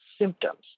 symptoms